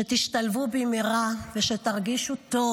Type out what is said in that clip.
שתשתלבו במהרה ושתרגישו טוב.